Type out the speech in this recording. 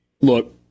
look